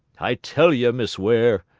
i tell ye, miss ware,